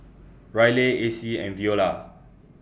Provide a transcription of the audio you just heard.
Ryleigh Acy and Veola